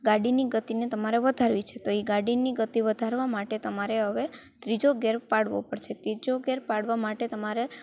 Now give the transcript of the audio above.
ગાડીની ગતિને તમારે વધારવી છે તો એ ગાડીની ગતિ વધારવા માટે તમારે હવે ત્રીજો ગેર પાળવો પડે છે ત્રીજો ગેર પાડવા માટે તમારે